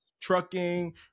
trucking